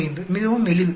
45 மிகவும் எளிது